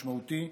משמעותי,